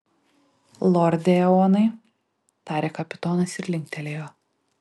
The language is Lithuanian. lorde eonai tarė kapitonas ir linktelėjo